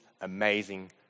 amazing